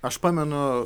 aš pamenu